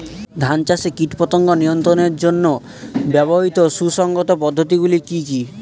ধান চাষে কীটপতঙ্গ নিয়ন্ত্রণের জন্য ব্যবহৃত সুসংহত পদ্ধতিগুলি কি কি?